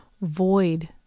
void